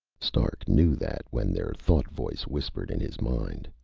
stark knew that when their thought-voice whispered in his mind,